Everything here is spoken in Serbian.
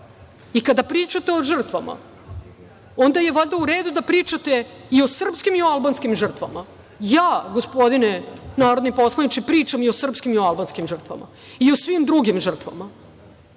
pričate o žrtvama, onda je valjda u redu da pričate i o srpskim i o albanskim žrtvama. Ja, gospodine narodni poslaniče, pričam i o srpskim i o albanskim žrtvama i o svim drugim žrtvama